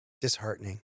disheartening